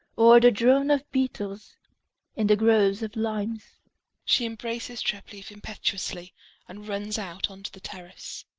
or the drone of beetles in the groves of limes she embraces treplieff impetuously and runs out onto the terrace.